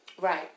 Right